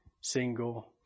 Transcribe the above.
single